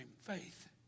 faith